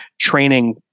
training